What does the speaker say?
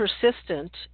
persistent